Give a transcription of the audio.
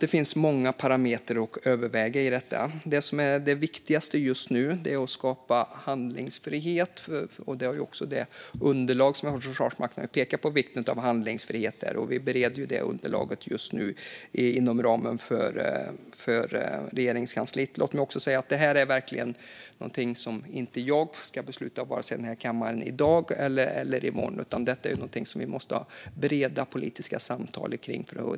Det finns många parametrar att överväga i detta. Det viktigaste just nu är att skapa handlingsfrihet, vilket även Försvarsmakten pekar på i sitt underlag som för närvarande bereds i Regeringskansliet. Låt mig också säga att detta verkligen inte är något jag ska besluta om i den här kammaren vare sig i dag eller i morgon, utan vi måste ha breda politiska samtal.